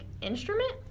instrument